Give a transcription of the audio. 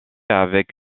avec